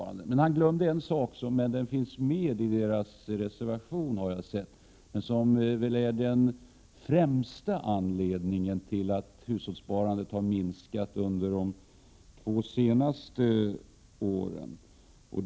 Men Rune Rydén glömde en sak som finns med i moderaternas reservation och som är det främsta skälet till minskningen av hushållssparandet under de två senaste åren.